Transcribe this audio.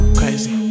crazy